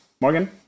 Morgan